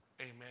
amen